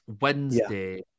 Wednesday